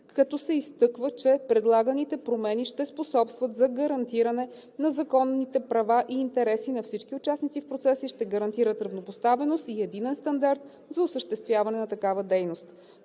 като се изтъква, че предлаганите промени ще способстват за гарантиране на законните права и интереси на всички участници в процеса и ще гарантират равнопоставеност и единен стандарт за осъществяване на такава дейност.